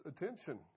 attention